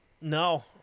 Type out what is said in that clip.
No